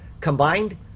Combined